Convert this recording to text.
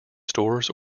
stores